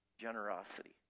generosity